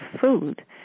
food